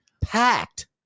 Packed